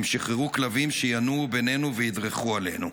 הם שחררו כלבים שינועו בינינו וידרכו עלינו.